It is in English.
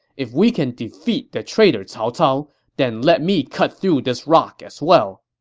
if we can defeat the traitor cao cao, then let me cut through this rock as well.